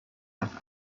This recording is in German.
nach